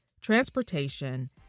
transportation